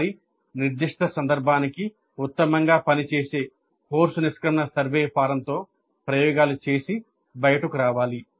వారి నిర్దిష్ట సందర్భానికి ఉత్తమంగా పనిచేసే కోర్సు నిష్క్రమణ సర్వే ఫారంతో ప్రయోగాలు చేసి బయటకు రావాలి